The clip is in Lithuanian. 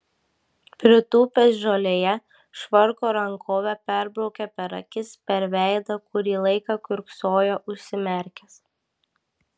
pritūpęs žolėje švarko rankove perbraukė per akis per veidą kurį laiką kiurksojo užsimerkęs